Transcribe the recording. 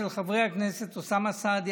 של חברי הכנסת אוסאמה סעדי,